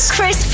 Chris